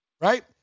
Right